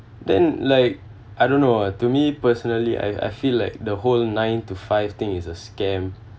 then like I don't know to me personally I I feel like the whole nine to five thing is a scam